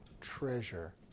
treasure